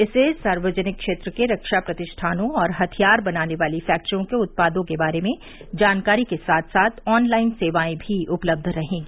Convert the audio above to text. इससे सार्वजनिक क्षेत्र के रक्षा प्रतिष्ठानों और हथियार बनाने वाली फैक्ट्रियों के उत्पादों के बारे में जानकारी के साथ साथ ऑन लाइन सेवाएं भी उपलब्ध रहेंगी